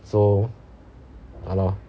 so ya lor